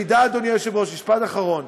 משפט אחרון.